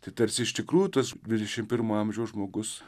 tai tarsi iš tikrųjų tas dvidešimt pirmo amžiaus žmogus